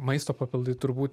maisto papildai turbūt